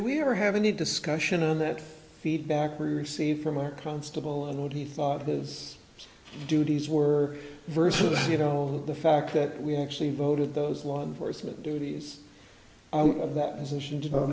we're having a discussion on that feedback we received from our constable and what he thought his duties were versus you know the fact that we actually voted those law enforcement duties